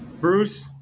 Bruce